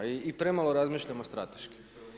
I premalo razmišljamo strateški.